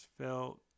felt